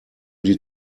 die